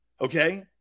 okay